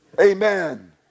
amen